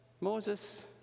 Moses